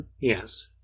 yes